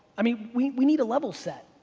i mean we we need a level set.